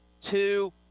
two